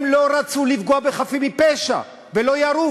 הם לא רצו לפגוע בחפים מפשע ולא ירו,